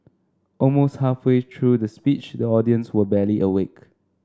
almost halfway through the speech the audience were barely awake